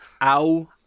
Ow